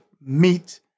meet